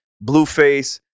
Blueface